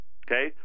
okay